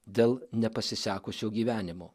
dėl nepasisekusio gyvenimo